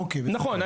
נכון.